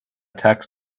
tax